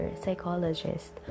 psychologist